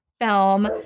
film